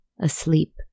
asleep